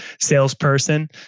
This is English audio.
salesperson